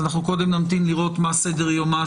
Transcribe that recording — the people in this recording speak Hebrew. אנחנו קודם נמתין לראות מה סדר יומה